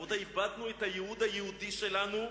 רבותי, איבדנו את הייעוד היהודי שלנו,